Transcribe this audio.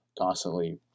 constantly